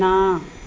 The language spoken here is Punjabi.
ਨਾ